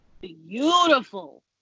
beautiful